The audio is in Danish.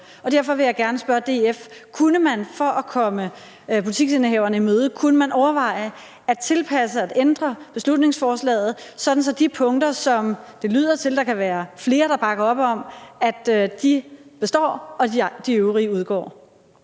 Derfor vil jeg gerne spørge DF: Kunne man for at komme butiksindehaverne i møde overveje at tilpasse og ændre beslutningsforslaget, sådan at de punkter, som det lyder til at der kan være flere der bakker op om, består og de øvrige udgår?